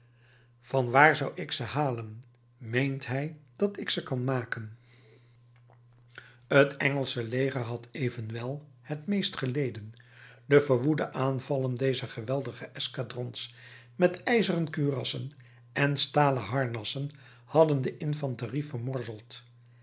van waar zou ik ze halen meent hij dat ik ze kan maken het engelsche leger had evenwel het meest geleden de verwoede aanvallen dezer geweldige escadrons met ijzeren kurassen en stalen harnassen hadden de infanterie vermorzeld